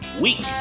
week